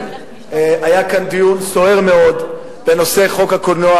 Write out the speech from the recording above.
היה כאן דיון סוער מאוד בנושא חוק הקולנוע